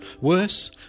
Worse